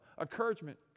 Encouragement